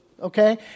okay